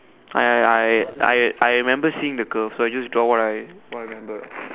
!aiya! I I I remember seeing the curve so I just draw what I what I remember